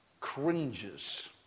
cringes